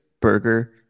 burger